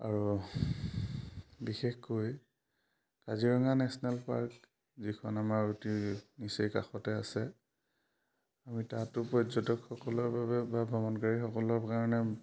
আৰু বিশেষকৈ Kaziranga national park যিখন আমাৰ অতি নিচেই কাষতে আছে আমি তাতো পৰ্যটকসকলৰ বাবে বা ভ্ৰমণকাৰীসকলৰ কাৰণে